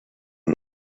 one